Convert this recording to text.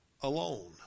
alone